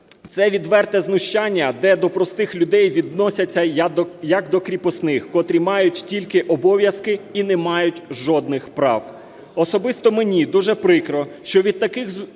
Це відверте знущання, де до простих людей відносяться, як до кріпосних, котрі мають тільки обов'язки і не мають жодних прав. Особисто мені дуже прикро, що від таких зухвалих